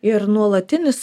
ir nuolatinis